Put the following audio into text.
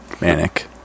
manic